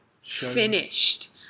finished